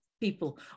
people